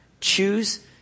Choose